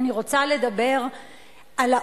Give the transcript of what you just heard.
אני ראיתי את זה במו עיני.